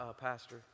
Pastor